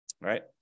right